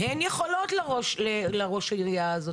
הן יכולות לראש העירייה הזה.